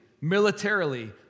militarily